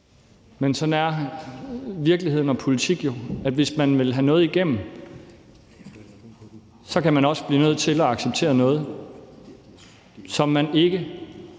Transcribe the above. Men sådan er virkeligheden og politik jo: Hvis man vil have noget igennem, kan man også blive nødt til at acceptere noget, som man ikke